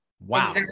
Wow